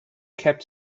kept